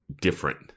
different